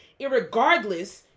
Irregardless